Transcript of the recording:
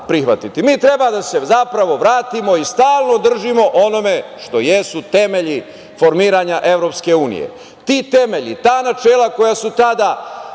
Mi treba da se zapravo vratimo i stalno držimo onome što jesu temelji formiranja EU. Ti temelji, ta načela koja su tada